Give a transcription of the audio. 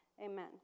Amen